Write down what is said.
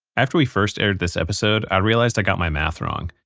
after we first aired this episode, i realized i got my math wrong,